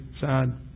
sad